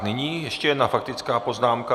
Nyní ještě jedna faktická poznámka.